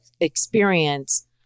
experience